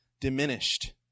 diminished